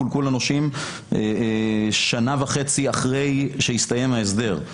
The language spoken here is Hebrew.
חולקו לנושים שנה וחצי אחרי שהסתיים ההסדר.